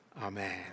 Amen